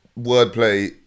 wordplay